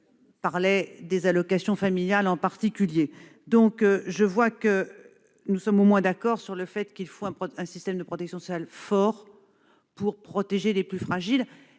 propos des allocations familiales. Nous sommes au moins d'accord sur le fait qu'il faut un système de protection sociale fort pour protéger les plus fragiles.